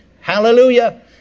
Hallelujah